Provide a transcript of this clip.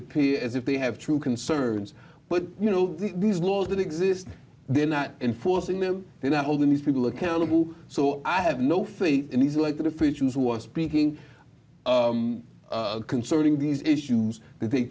appear as if they have true concerns but you know these laws that exist they're not enforcing them they're not holding these people accountable so i have no faith in these elected officials who are speaking concerning these issues th